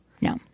No